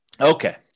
Okay